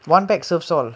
one bag serves all